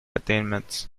attainments